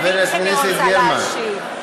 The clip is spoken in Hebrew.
אמרת, כי אתה מבין שאני רוצה להשיב.